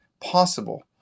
possible